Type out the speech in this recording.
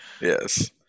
Yes